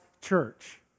church